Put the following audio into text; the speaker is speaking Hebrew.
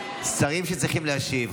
שרים שצריכים להשיב,